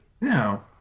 no